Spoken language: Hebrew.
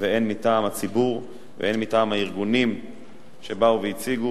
והן מטעם הציבור והן מטעם הארגונים שבאו והציגו,